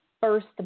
first